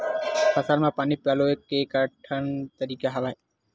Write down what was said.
फसल म पानी पलोय के केठन तरीका हवय?